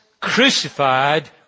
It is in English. crucified